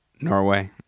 Norway